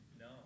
No